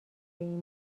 این